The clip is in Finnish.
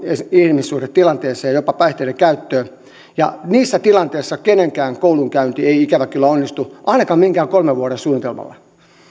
ihmissuhdetilanteeseen jopa päihteiden käyttöön niissä tilanteissa kenenkään koulunkäynti ei ikävä kyllä onnistu ainakaan millään kolmen vuoden suunnitelmalla